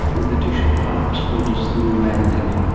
with the dish at parkes, brought us the moon landing.